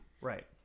Right